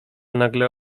nagle